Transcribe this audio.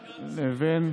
מאיר,